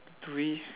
do we